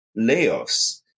layoffs